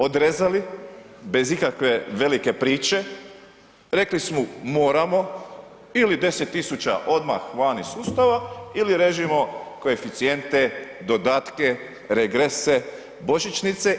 Odrezali bez ikakve velike priče, rekli su moramo ili 10 tisuća odmah van iz sustava ili režimo koeficijente, dodatke, regrese, božićnice.